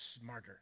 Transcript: smarter